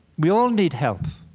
we all need help,